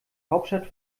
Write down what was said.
hauptstadt